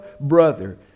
brother